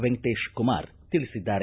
ವೆಂಕಟೇಶಕುಮಾರ್ ತಿಳಿಸಿದ್ದಾರೆ